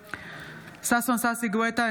ששון ששי גואטה,